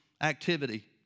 activity